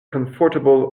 comfortable